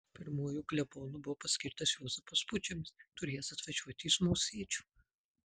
pirmuoju klebonu buvo paskirtas juozapas pudžemis turėjęs atvažiuoti iš mosėdžio